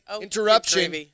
Interruption